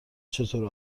چطور